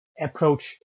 approach